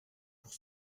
pour